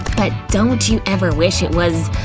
but don't you ever wish it was,